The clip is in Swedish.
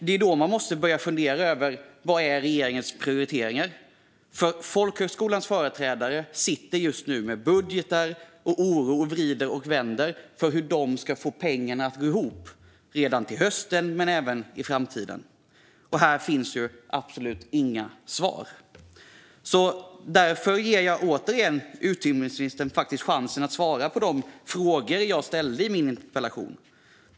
Då måste man börja fundera över vad som är regeringens prioriteringar. Folkhögskolans företrädare sitter just nu med budgetar och oro och vrider och vänder för att få pengarna att gå ihop till hösten och i framtiden. Här får de absolut inga svar. Därför ger jag utbildningsministern återigen chansen att svara på de frågor jag ställde i min interpellation.